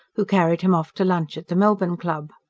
who carried him off to lunch at the melbourne club.